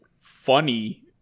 funny